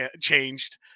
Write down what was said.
changed